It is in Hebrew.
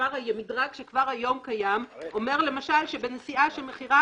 המדרג שכבר היום קיים אומר למשל שבנסיעה שמחירה